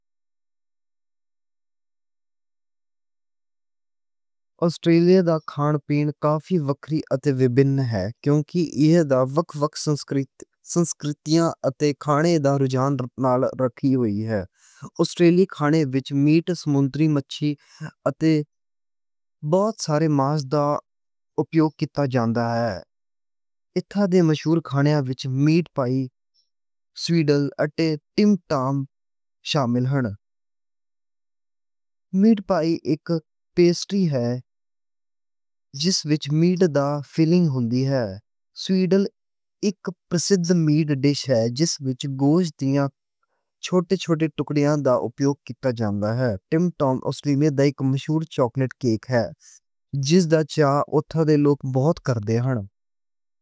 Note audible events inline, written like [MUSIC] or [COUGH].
آسٹریلیا دا کھان پین کافی وکھری ہے۔ کیونکہ ایہ الگ لوک سنسکرتیاں اتے کھانے دے نال جڑی ہوئی ہے۔ آسٹریلیا کھانے وِچ گوشت سمندری مچھلی اتے [HESITATION] بہت سارے ماس دا اپیوگ کِتا جاندا ہے۔ ایتھے دے مشہور کھانے وِچ میٹ پائی سوسج رولز اتے ٹم ٹام شامل ہن۔ [HESITATION] میٹ پائی اِک پیسٹری ہے۔ [HESITATION] جس وِچ میٹ دی فِلنگ ہوتی ہے۔ سوسج رولز اِک پرسدھ گوشت ڈش ہے۔ جس وِچ گوشتیاں چھوٹے چھوٹے ٹکڑیاں دا اپیوگ کِتا جاندا ہے۔ ٹم ٹام آسٹریلیا دا اِک مشہور چاکلیٹ کیک ہے۔ جس نوں اتھے دے لوک بہت کردے ہن۔